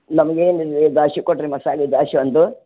ನಮಗೆ ನೀವು ದ್ವಾಸಿ ಕೊಡಿರಿ ಮಸಾಲೆ ದ್ವಾಸಿ ಒಂದು